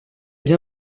bien